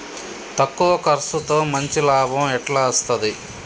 తక్కువ కర్సుతో మంచి లాభం ఎట్ల అస్తది?